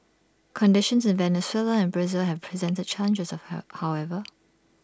conditions in Venezuela and Brazil have presented challenges how however